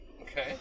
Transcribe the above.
okay